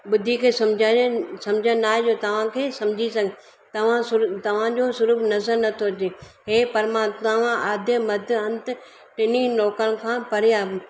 ॿुधी करे सम्झाइण सम्झ न आहे जो तव्हांखे सम्झी सघूं तव्हां सुर तव्हांजो सुरूप नज़र नथो अचे हे परमा तव्हां आद्य मध अंत टिनिनि लोक खां परे आहियो